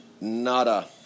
nada